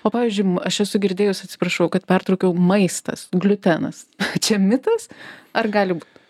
o pavyzdžiui aš esu girdėjus atsiprašau kad pertraukiau maistas gliutenas čia mitas ar gali būt